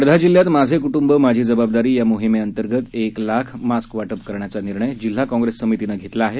वर्धा जिल्ह्यात माझे कुटुंब माझी जबाबदारी या मोहिमेअंतर्गत एक लाख मास्क वाटप करण्याचा निर्णय जिल्हा काँग्रेस समितीनं घेतला आहे